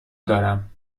دارم